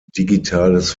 digitales